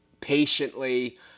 patiently